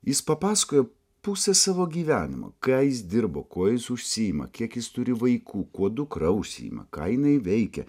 jis papasakojo pusę savo gyvenimo ką jis dirbo kuo jis užsiima kiek jis turi vaikų kuo dukra užsiima ką jinai veikia